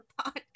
podcast